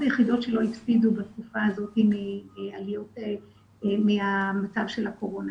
היחידות שלא הפסידו בתקופה הזאת מהמצב של הקורונה,